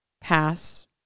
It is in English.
pass